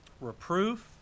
reproof